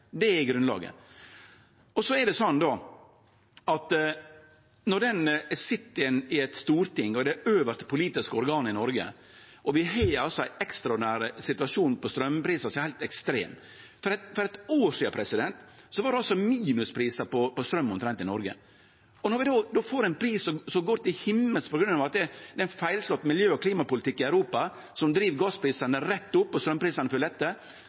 Det er grunnlaget. Vi sit her på Stortinget, det øvste politiske organet i Noreg, og vi har ein ekstraordinær situasjon med straumprisar som er heilt ekstreme. For eit år sidan var det omtrent minusprisar på straum i Noreg. Når vi no får ein pris som går til himmels på grunn av at det er ein feilslått miljø- og klimapolitikk i Europa, som driv gassprisane rett opp og